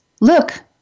look